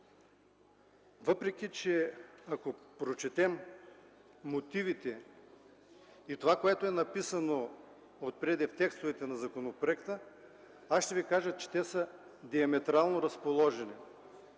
важен? Ако прочетем мотивите и това, което е написано отпред, в текстовете на законопроекта, ще Ви кажа, че те са диаметрално разположени,